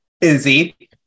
Izzy